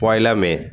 পয়লা মে